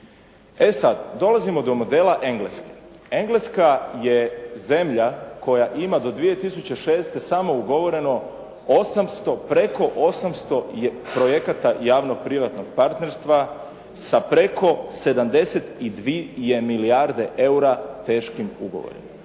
E sada, dolazimo do modela Engleske. Engleska je zemlja koja ima do 2006. samo ugovoreno 800 preko 800 projekata javno privatnog partnerstva sa preko 72 milijarde eura teškim ugovorima.